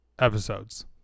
episodes